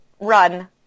run